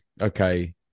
okay